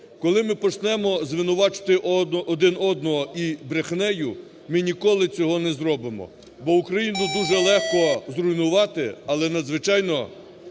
Коли ми почнемо звинувачувати один одного і брехнею, ми ніколи цього не зробимо, бо Україну дуже легко зруйнувати, але надзвичайно